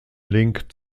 link